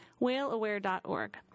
WhaleAware.org